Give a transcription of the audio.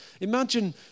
Imagine